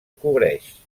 cobreix